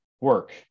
work